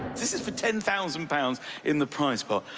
this is for ten thousand pounds in the prize pot.